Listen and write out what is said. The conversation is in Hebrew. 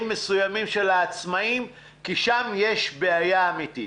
מסוימים של העצמאים כי שם יש בעיה אמיתית?